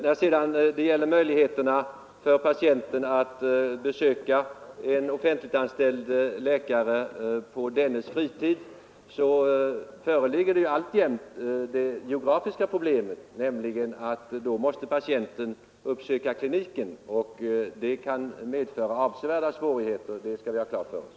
När det sedan gäller möjligheterna för patienten att besöka en offentligt anställd läkare på dennes fritid så föreligger alltjämt det geografiska problemet, nämligen att patienten då måste uppsöka kliniken, Detta kan medföra avsevärda svårigheter, det skall vi ha klart för oss.